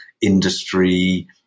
industry